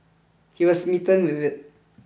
he was smitten with it